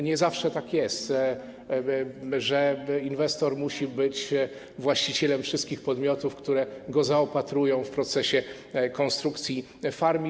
Nie zawsze tak jest, że inwestor musi być właścicielem wszystkich podmiotów, które go zaopatrują w procesie konstrukcji farm.